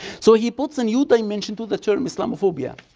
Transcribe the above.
so he puts a new dimension to the term islamophobia